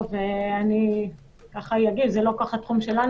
זה לא כל כך התחום שלנו,